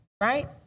right